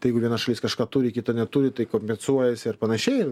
tai jeigu viena šalis kažką turi kita neturi tai kompensuojasi ar panašiai